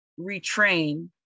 retrain